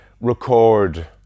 record